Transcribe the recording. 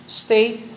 state